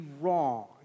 wrong